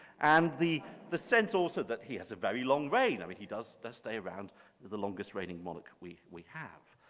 and the the sense also that he has a very long reign. i mean he does stay around the the longest reigning monarch we we have.